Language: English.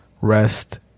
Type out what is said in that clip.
Rest